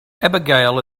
abigail